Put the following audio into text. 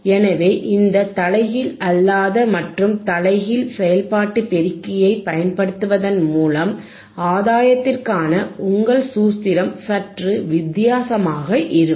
எனவே இந்த தலைகீழ்அல்லாத மற்றும் தலைகீழ் செயல்பாட்டு பெருக்கியைப் பயன்படுத்துவதன் மூலம் ஆதாயத்திற்கான உங்கள் சூத்திரம் சற்று வித்தியாசமாக இருக்கும்